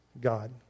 God